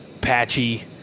patchy